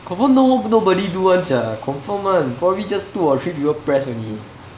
confirm no nobody do [one] sia confirm [one] probably just two or three people press only